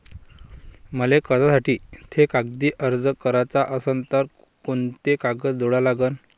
मले कर्जासाठी थे कागदी अर्ज कराचा असन तर कुंते कागद जोडा लागन?